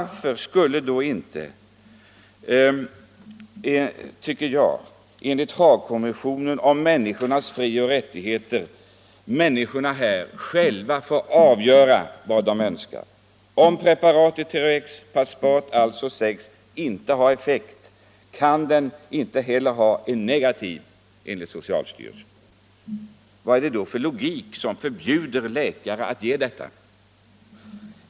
Varför skulle då inte — enligt Haagkonventionen om de mänskliga fri och rättigheterna —= människorna här själva få avgöra, om de skall få den behandling de önskar? Om preparaten THX och Paspat enligt socialstyrelsen alltså sägs inte ha någon effekt, kan de ju inte heller ha en negativ effekt! Vad är det då för logik som förbjuder läkare att ge detta preparat?